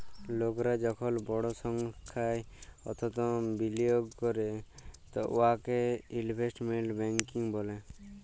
লকরা যখল বড় সংখ্যায় অথ্থ বিলিয়গ ক্যরে উয়াকে ইলভেস্টমেল্ট ব্যাংকিং ব্যলে